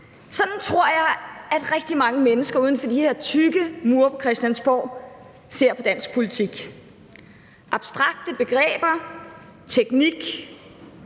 Sådan tror jeg, at rigtig mange mennesker uden for de her tykke mure på Christiansborg ser på dansk politik: abstrakte begreber, teknik